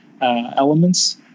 elements